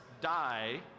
die